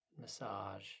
massage